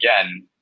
again